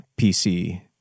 PC